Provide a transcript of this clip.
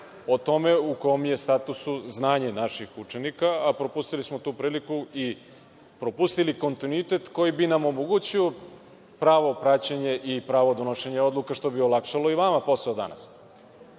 o tome u kom je statusu znanje naših učenika, a propustili smo tu priliku i propustili kontinuitet koji bi nam omogućio pravo praćenje i pravo donošenja odluka što bi olakšalo i vama posao danas.